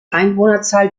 einwohnerzahl